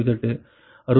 98 63